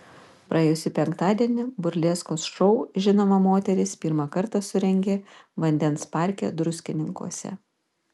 praėjusį penktadienį burleskos šou žinoma moteris pirmą kartą surengė vandens parke druskininkuose